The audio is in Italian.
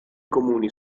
comuni